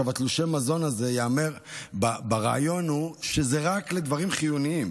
תלושי המזון, הרעיון הוא שזה רק לדברים חיוניים.